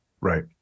Right